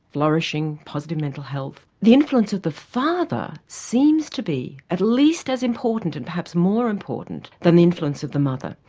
flourishing, positive mental health, the influence of the father seems to be at least as important and perhaps more important than the influence of the mother,